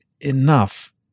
enough